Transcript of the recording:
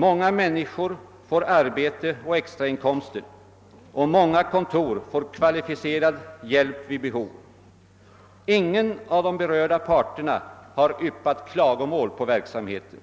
Många människor får arbete och extrainkomster, och många kontor får kvalificerad hjälp vid behov. Ingen av de berörda parterna har anfört klagomål på verksamheten.